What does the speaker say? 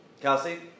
Kelsey